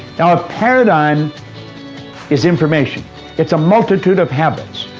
now a paradigm is information it's a multitude of habits.